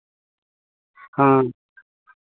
हाँ